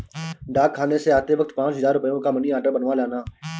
डाकखाने से आते वक्त पाँच हजार रुपयों का मनी आर्डर बनवा लाना